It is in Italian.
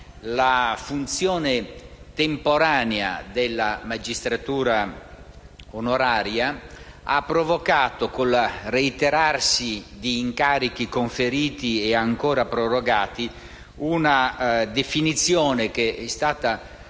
la funzione temporanea della magistratura onoraria ha provocato, con il reiterarsi di incarichi conferiti e ancora prorogati, una definizione che è stata